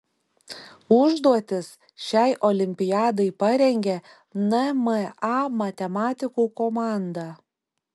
užduotis šiai olimpiadai parengė nma matematikų komanda